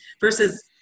Versus